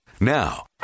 Now